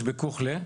יש בכוחלה.